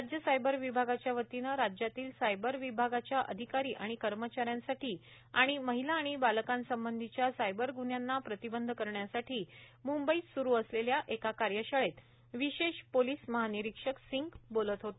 राज्य सायबर विभागाच्या वतीनं राज्यातील सायबर विभागाच्या अधिकारी कर्मचाऱ्यांसाठी आणि महिला आणि बालकांसंबंधीच्या सायबर गुन्हयांना प्रतिबंध करण्यासाठी मुंबईत सुरू असलेल्या एका कार्यशाळेत विशे ा पोलीस महानिरीक्षक सिंग बोलत होते